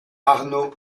arnaud